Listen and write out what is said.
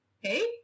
Hey